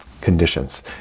conditions